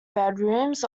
bedrooms